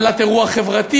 עמלת אירוע חברתי,